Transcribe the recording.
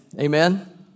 Amen